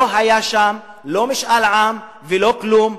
לא היה שם לא משאל עם ולא כלום,